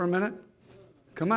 for a minute come